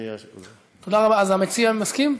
אז המציע מסכים?